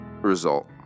result